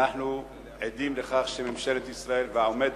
שאנחנו עדים לכך שממשלת ישראל והעומד